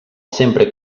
sempre